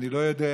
אני לא יודע.